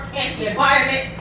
anti-environment